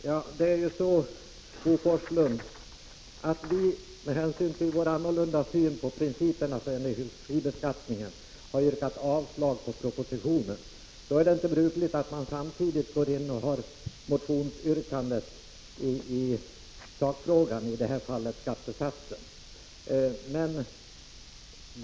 Prot. 1985/86:50 Herr talman! Vi moderater har, med hänsyn till vår annorlunda syn på 12 december 1985 principerna för energibeskattningen, yrkat avslag på propositionen. I detta Ändra läge vill vi inte samtidigt förorda ett motionsyrkande i sakfrågan, dvs. om ä beskattning av gasol skattesatsen.